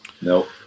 Nope